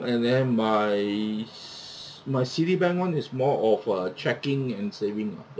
and then my ci~ my Citibank one is more of uh checking and saving lah